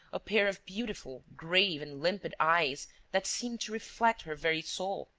a pair of beautiful, grave and limpid eyes that seemed to reflect her very soul.